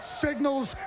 signals